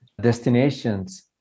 destinations